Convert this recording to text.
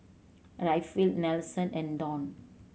Rayfield Nelson and Donn